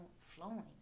flowing